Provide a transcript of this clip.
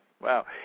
wow